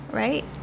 right